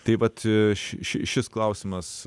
taip vat ši šis klausimas